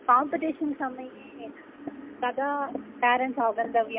competition समये तदा parents आगन्तव्यम्